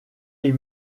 est